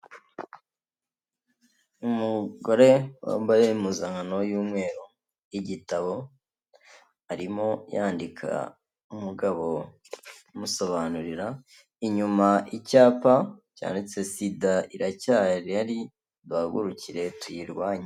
Umugore wambaye impuzankano y'umweru, igitabo arimo yandika umugabo amusobanurira, inyuma icyapa cyanditse sida iracyahari duhaguruke tuyirwanye.